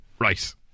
Right